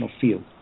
field